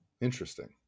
interesting